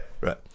Right